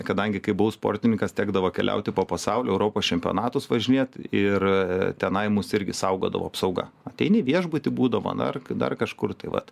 kadangi kai buvau sportininkas tekdavo keliauti po pasaulį europos čempionatus važinėt ir tenai mus irgi saugodavo apsauga ateini viešbuty būdavo na ar dar kažkur tai vat